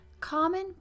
common